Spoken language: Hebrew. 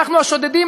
אנחנו השודדים,